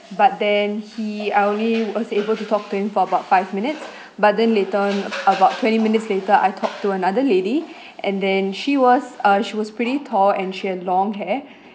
but then he I only was able to talk to him for about five minutes but then later on about twenty minutes later I talked to another lady and then she was uh she was pretty tall and she had long hair